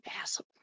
asshole